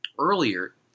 earlier